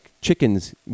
chickens